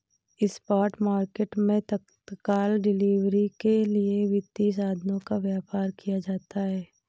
spot market मैं तत्काल delivery के लिए वित्तीय साधनों का व्यापार किया जाता है